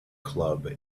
club